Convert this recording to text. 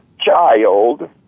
child